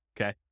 okay